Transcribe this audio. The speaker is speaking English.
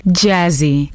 jazzy